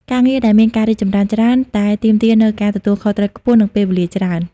ការងារដែលមានការរីកចម្រើនច្រើនតែទាមទារនូវការទទួលខុសត្រូវខ្ពស់ និងពេលវេលាច្រើន។